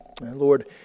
Lord